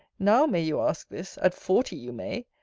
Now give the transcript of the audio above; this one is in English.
now, may you ask this at forty, you may.